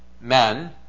men